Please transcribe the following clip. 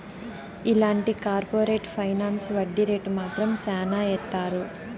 ఇలాంటి corporate finance వడ్డీ rate మాత్రం శ్యానా ఏత్తారు